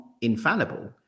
infallible